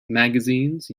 magazines